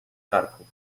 karku